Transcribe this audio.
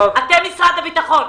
אתם משרד הביטחון,